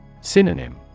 Synonym